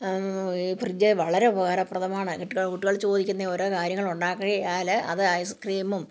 fridge വളരെ ഉപകാരപ്രദമാണ് ഇപ്പോഴുള്ള കുട്ടികള് ചോദിക്കുന്ന ഓരോ കാര്യങ്ങൾ ഉണ്ടാക്കിയാൽ അത് ഐസ് ക്രീമും